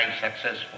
successful